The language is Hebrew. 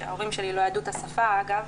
כשההורים שלי לא ידעו את השפה אגב,